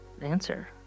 answer